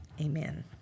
amen